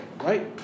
Right